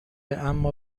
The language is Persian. اما